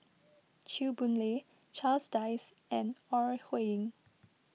Chew Boon Lay Charles Dyce and Ore Huiying